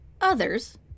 others